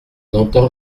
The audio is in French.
entend